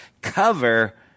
cover